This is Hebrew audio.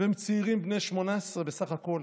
והם צעירים בני 18 בסך הכול.